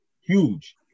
huge